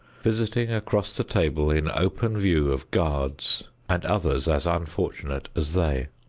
visiting across the table in open view of guards and others as unfortunate as they.